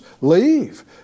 leave